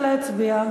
(ממשל תאגידי בשותפות מוגבלת ציבורית),